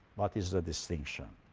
what is the distinction?